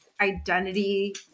identity